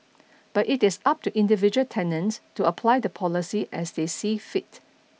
but it is up to individual tenants to apply the policy as they see fit